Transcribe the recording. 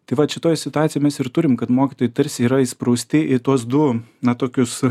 tai vat šitoj situacijoj mes ir turim kad mokytojai tarsi yra įsprausti į tuos du na tokius